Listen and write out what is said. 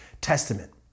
Testament